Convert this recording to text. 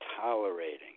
tolerating